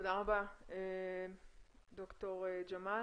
תודה רבה, ד"ר ג'מאל.